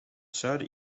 zuiden